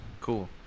Cool